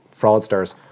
fraudsters